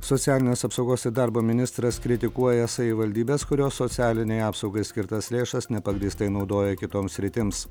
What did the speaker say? socialinės apsaugos ir darbo ministras kritikuoja savivaldybes kurios socialinei apsaugai skirtas lėšas nepagrįstai naudoja kitoms sritims